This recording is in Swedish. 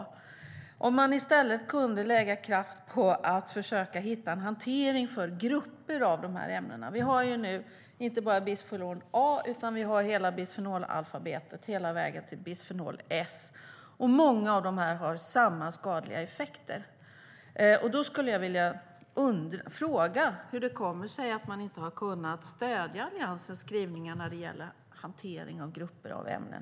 Man borde i stället kunna lägga kraft på att försöka hitta en hantering för grupper av de här ämnena. Vi har nu inte bara bisfenol A, utan hela bisfenolalfabetet - hela vägen till bisfenol S. Många av dessa har samma skadliga effekter. Jag skulle vilja fråga hur det kommer sig att man inte har kunnat stödja Alliansens skrivningar när det gäller hantering av grupper av ämnen.